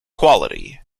quality